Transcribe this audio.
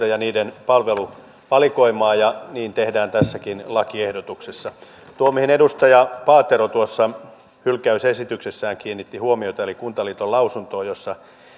ja niiden palveluvalikoimaa ja niin tehdään tässäkin lakiehdotuksessa tuo meidän edustaja paatero tuossa hylkäysesityksessään kiinnitti huomiota kuntaliiton lausuntoon jossa